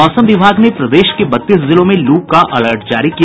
और मौसम विभाग ने प्रदेश के बत्तीस जिलों में लू का अलर्ट जारी किया